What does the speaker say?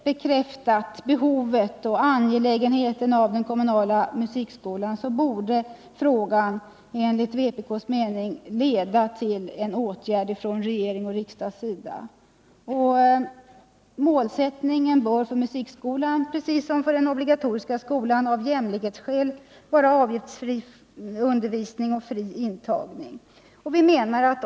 Sedan behovet och angelägenheten av den kommunala musikskolan på olika sätt bekräftats borde frågan enligt vänsterpartiet kommunisternas mening leda till en åtgärd från regering och riksdag. Målsättningen bör för musikskolan liksom för den obligatoriska skolan av jämlikhetsskäl vara avgiftsfri undervisning och fri intagning.